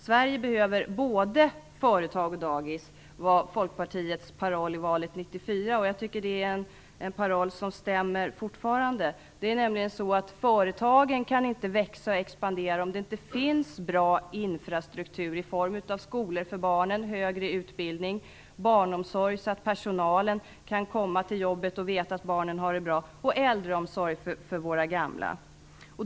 Sverige behöver både företag och dagis - det var Folkpartiets paroll i valet 1994, och det stämmer fortfarande. Det är nämligen så att företagen inte kan växa och expandera om det inte finns bra infrastruktur i form av skolor för barnen, högre utbildning och barnomsorg - så att föräldrarna kan komma till jobbet och veta att barnen har det bra - och äldreomsorg för våra gamla.